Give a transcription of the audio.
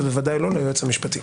ובוודאי לא ליועץ המשפטי.